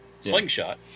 slingshot